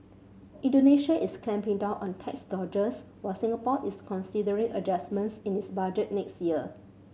Indonesia is clamping down on tax dodgers while Singapore is considering adjustments in its budget next year